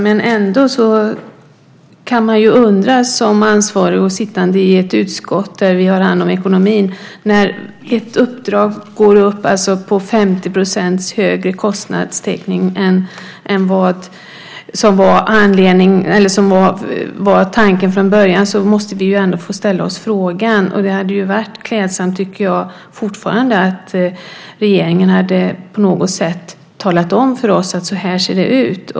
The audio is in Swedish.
Fru talman! När man är ansvarig och sitter i ett utskott som har hand om ekonomin måste man ändå få ställa frågan när kostnaderna för ett uppdrag blir 50 % högre än vad som var tanken från början. Och jag tycker att det hade varit klädsamt om regeringen på något sätt hade talat om för oss hur det ser ut.